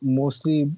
mostly